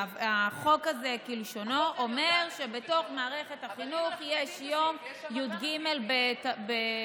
החוק הזה כלשונו אומר שבתוך מערכת החינוך יש יום י"ג בתמוז,